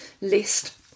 list